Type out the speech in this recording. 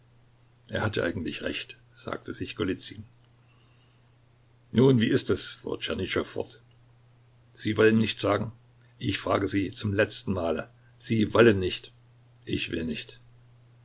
er hat ja eigentlich recht sagte sich golizyn nun wie ist es fuhr tschernyschow fort sie wollen nichts sagen ich frage sie zum letzten male sie wollen nicht ich will nicht